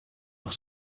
leur